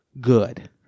good